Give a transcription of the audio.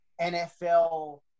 NFL